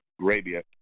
Arabia